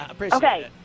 Okay